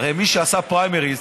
הרי מי שעשה פריימריז,